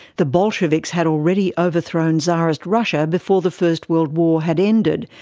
the bolsheviks had already overthrown tsarist russia before the first world war had ended,